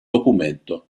documento